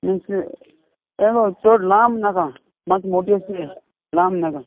means हें गो चड लांब नाका म्हाका मोटवी अशी जाय लांब नाका